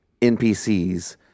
NPCs